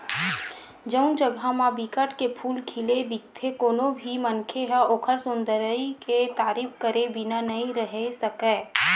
जउन जघा म बिकट के फूल खिले दिखथे कोनो भी मनखे ह ओखर सुंदरई के तारीफ करे बिना नइ रहें सकय